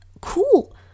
cool